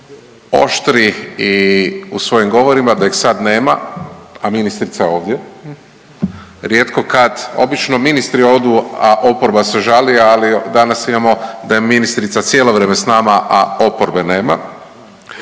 oštri i u svojim govorima, da ih sad nema, a ministrica je ovdje, rijetko kad, obično ministri odu, a oporba se žali, ali danas imamo da je ministrica cijelo vrijeme s nama, a oporbe nema.